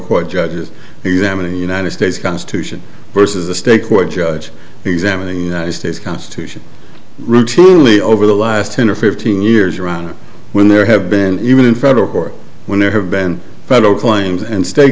court judges do them in the united states constitution versus a state court judge examining the united states constitution routinely over the last ten or fifteen years around when there have been even in federal court when there have been federal claims and sta